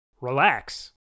Relax